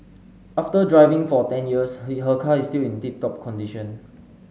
after driving for ten years he her car is still in tip top condition